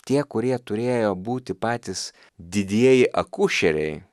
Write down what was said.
tie kurie turėjo būti patys didieji akušeriai